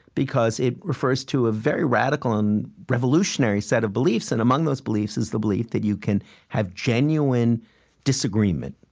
because it refers to a very radical and revolutionary set of beliefs. and among those beliefs is the belief that you can have genuine disagreement,